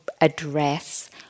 address